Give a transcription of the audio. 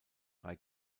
drei